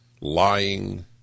lying